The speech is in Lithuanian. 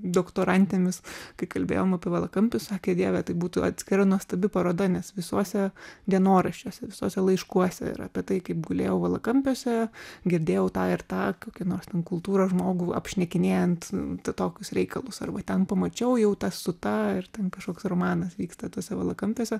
doktorantėmis kai kalbėjome apie valakampius sakė dieve tai būtų atskira nuostabi paroda nes visuose dienoraščiuose visuose laiškuose ir apie tai kaip gulėjau valakampiuose girdėjau tą ir tą kokį nors ten kultūros žmogų apšnekinėjant tą tokius reikalus arba ten pamačiau jau tą su ta ir ten kažkoks romanas vyksta tuose valakampiuose